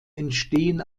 entstehen